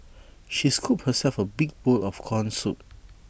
she scooped herself A big bowl of Corn Soup